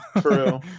True